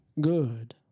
Good